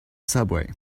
subway